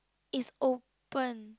is open